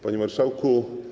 Panie Marszałku!